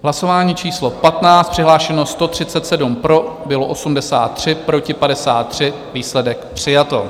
Hlasování číslo 15, přihlášeno 137, pro bylo 83, proti 53, výsledek: přijato.